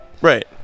right